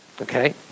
Okay